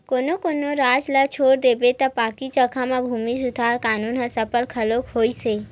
कोनो कोनो राज ल छोड़ देबे त बाकी जघा म भूमि सुधार कान्हून ह सफल घलो होइस हे